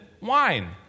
wine